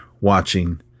watching